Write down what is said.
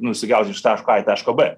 nusigaut iš taško a į taško b